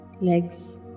legs